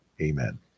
Amen